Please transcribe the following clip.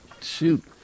Shoot